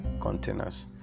containers